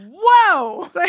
whoa